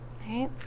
right